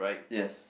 yes